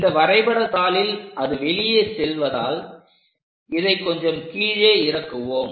இந்த வரைபடத்தாளில் அது வெளியே செல்வதால் இதை கொஞ்சம் கீழே இறக்குவோம்